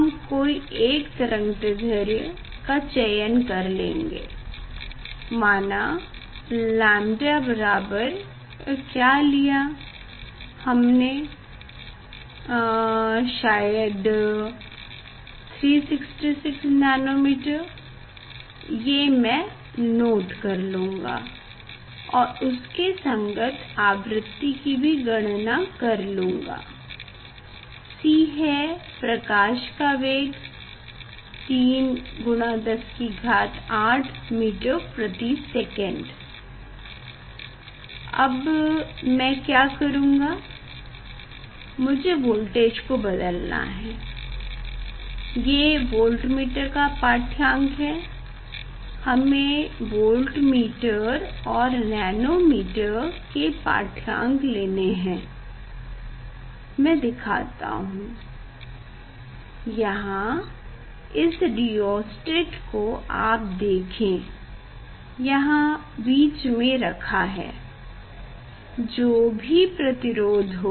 हम कोई एक तरंगदाईढ्र्य का चयन कर लेंगे माना लाम्ब्डा बराबर क्या लिया हमने शायद 366nm ये मैं नोट कर लूँगा और उसके संगत आवृति की भी गणना कर लूँगा c है प्रकाश का वेग 3 x 108 ms अब मैं क्या करूँगा मुझे वोल्टेज को बदलना है ये वोल्टमीटर का पाठ्यांक है हमें वोल्टमीटर और नैनोमीटर के पाठ्यांक लेने हैं मैं दिखाता हूँ यहाँ इस रिहोस्टेट को आप देखें यहाँ बीच में रखा है जो भी प्रतिरोध हो